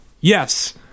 yes